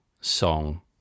song